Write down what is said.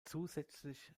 zusätzlich